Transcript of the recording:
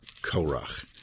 Korach